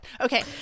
Okay